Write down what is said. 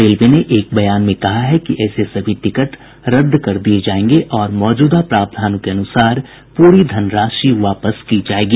railway ने एक बयान में कहा है कि ऐसे सभी टिकट रद्द कर दिये जायेंगे और मौजूदा प्रावधानों के अनुसार प्री धनराशि वापस की जायेगी